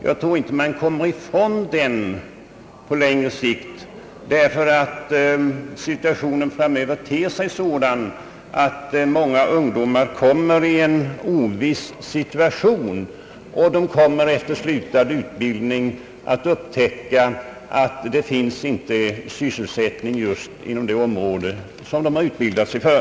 Jag tror inte att man på längre sikt kommer ifrån en sådan samordning, därför att situationen framöver ter sig oviss för många ungdomar. Efter slutad utbildning kommer de att upptäcka att det inte finns sysselsättning inom just det område som de har utbildat sig för.